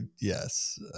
yes